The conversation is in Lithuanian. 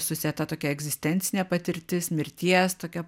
susieta tokia egzistencinė patirtis mirties tokia